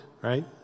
right